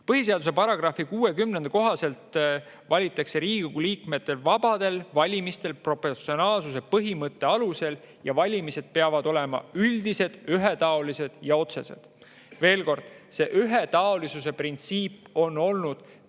Põhiseaduse § 60 kohaselt valitakse Riigikogu liikmed vabadel valimistel proportsionaalsuse põhimõtte alusel ja valimised peavad olema üldised, ühetaolised ja otsesed. Veel kord: ühetaolisuse printsiip on pikalt